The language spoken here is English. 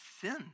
sin